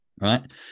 right